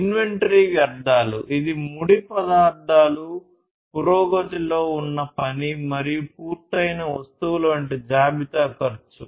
inventory వ్యర్థాలు ఇది ముడి పదార్థాలు పురోగతిలో ఉన్న పని మరియు పూర్తయిన వస్తువులు వంటి జాబితా ఖర్చు